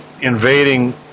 invading